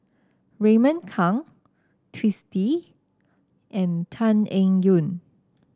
Raymond Kang Twisstii and Tan Eng Yoon